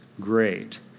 great